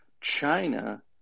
China